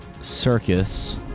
circus